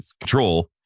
control